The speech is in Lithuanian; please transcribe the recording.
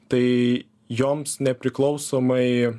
tai joms nepriklausomai